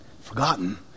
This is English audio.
forgotten